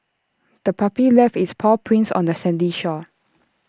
the puppy left its paw prints on the sandy shore